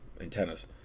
antennas